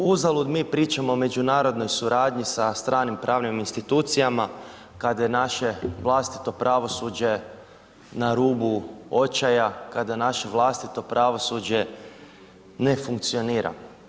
Uzalud mi pričamo o međunarodnoj suradnji sa stranim pravnim institucijama kad je naše vlastito pravosuđe na rubu očaja, kada naše vlastito pravosuđe ne funkcionira.